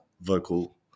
vocal